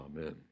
amen